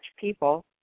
people